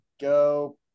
go